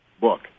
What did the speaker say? book